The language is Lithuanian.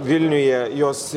vilniuje jos